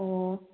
ꯑꯣ